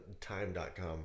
time.com